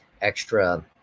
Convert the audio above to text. extra